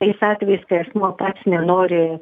tais atvejais kai asmuo pats nenori